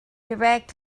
direct